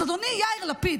אז אדוני יאיר לפיד,